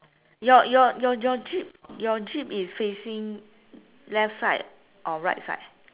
your your your your jeep your jeep is facing left side or right side